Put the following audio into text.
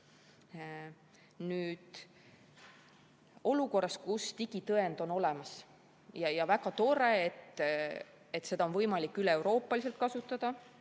Oleme olukorras, kus digitõend on olemas, ja on väga tore, et seda on võimalik üle Euroopa kasutada.